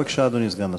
בבקשה, אדוני סגן השר.